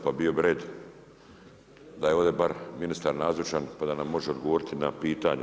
Pa bio bi red da je ovdje bar ministar nazočan, pa da nam može odgovoriti na pitanja.